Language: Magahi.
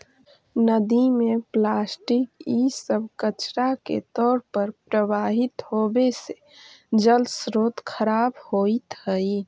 नदि में प्लास्टिक इ सब कचड़ा के तौर पर प्रवाहित होवे से जलस्रोत खराब होइत हई